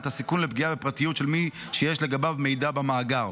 את הסיכון לפגיעה בפרטיות של מי שיש לגביו מידע במאגר.